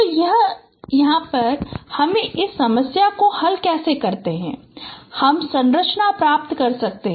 तो यह है कि हम इस समस्या को कैसे हल कर सकते हैं और हम संरचना प्राप्त कर सकते हैं